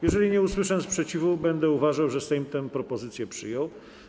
Jeżeli nie usłyszę sprzeciwu, będę uważał, że Sejm propozycję przyjął.